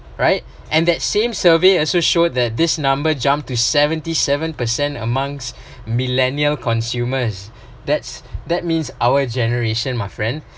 right and that same survey also showed that this number jumped to seventy-seven percent amongst millennial consumers that's that means our generation my friend